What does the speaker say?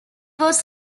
was